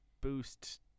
boost